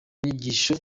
nyigisho